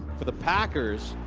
for the packers,